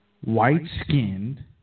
white-skinned